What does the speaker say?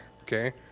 Okay